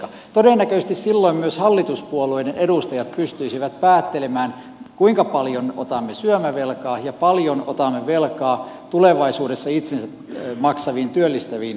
todennäköisesti silloin myös hallituspuolueiden edustajat pystyisivät päättelemään kuinka paljon otamme syömävelkaa ja paljonko otamme velkaa tulevaisuudessa itsensä maksaviin työllistäviin investointeihin